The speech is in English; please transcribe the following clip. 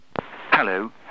Hello